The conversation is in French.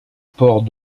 port